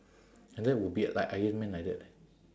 and that would be like ironman like that leh